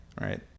right